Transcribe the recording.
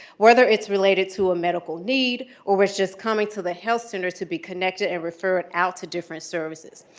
whether it's related to a medical need or it's just coming to the health centers to be connected and referred out to different services.